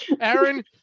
Aaron